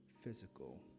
physical